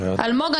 מי נגד?